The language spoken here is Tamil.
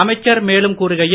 அமைச்சர் மேலும் கூறுகையில்